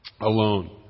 alone